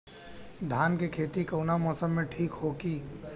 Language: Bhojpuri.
धान के खेती कौना मौसम में ठीक होकी?